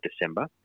December